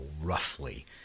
roughly